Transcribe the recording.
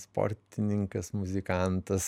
sportininkas muzikantas